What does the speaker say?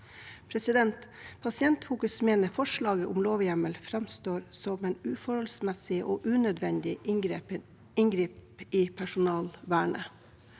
Pasientfokus mener forslaget om lovhjemmel framstår som en uforholdsmessig og unødvendig inngripen i personvernet,